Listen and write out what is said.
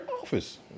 office